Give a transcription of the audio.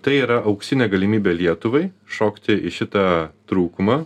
tai yra auksinė galimybė lietuvai šokti į šitą trūkumą